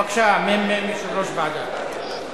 בבקשה, מ"מ יושב-ראש ועדה.